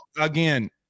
Again